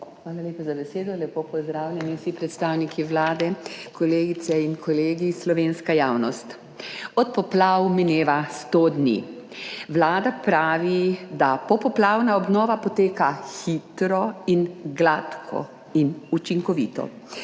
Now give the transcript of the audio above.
Hvala lepa za besedo. Lepo pozdravljeni vsi predstavniki Vlade, kolegice in kolegi, slovenska javnost! Od poplav mineva sto dni, Vlada pravi, da popoplavna obnova poteka hitro in gladko in učinkovito,